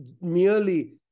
merely